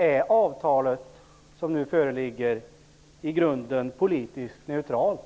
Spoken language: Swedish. Är avtalet som nu föreligger i grunden politiskt neutralt?